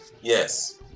yes